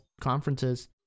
conferences